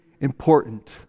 important